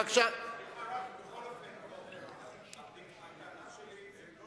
בבקשה, בכל אופן, הטענה שלי היא לא